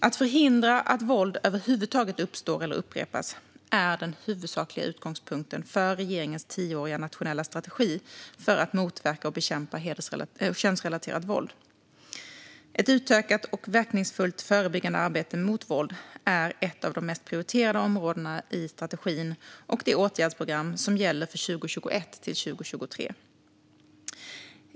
Att förhindra att våld över huvud taget uppstår eller upprepas är den huvudsakliga utgångspunkten för regeringens tioåriga nationella strategi för att motverka och bekämpa könsrelaterat våld. Ett utökat och verkningsfullt förebyggande arbete mot våld är ett av de mest prioriterade områdena i strategin och det åtgärdsprogram som gäller för 2021-2023.